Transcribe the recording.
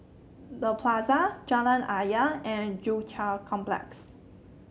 The Plaza Jalan Ayer and Joo Chiat Complex